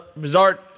bizarre